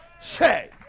say